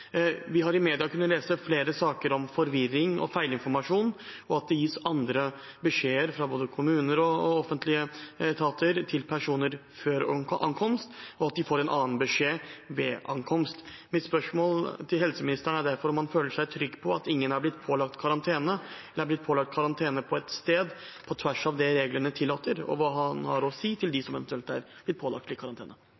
Vi har i mediene kunnet lese flere saker om forvirring og feilinformasjon, og at det gis én beskjed fra både kommuner og offentlige etater til personer før ankomst, og at de får en annen beskjed ved ankomst. Mitt spørsmål til helseministeren er derfor: Føler han seg trygg på at ingen er blitt pålagt karantene på et sted på tvers av det reglene tillater? Og hva har han å si til